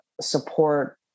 support